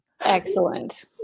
Excellent